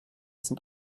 sind